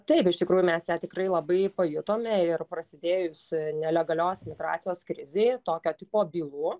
taip iš tikrųjų mes ją tikrai labai pajutome ir prasidėjus nelegalios migracijos krizei tokio tipo bylų